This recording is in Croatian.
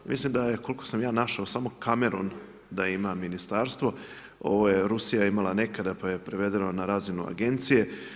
Mislim da je koliko sam ja našao samo Kamerun da ima ministarstvo, ovo je Rusija imala nekada, pa je prevedeno na razinu agencije.